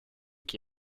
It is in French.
qui